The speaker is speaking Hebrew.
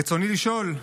רצוני לשאול: